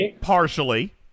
Partially